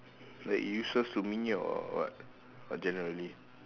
like useless to me or what or generally